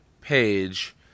page